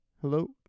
Hello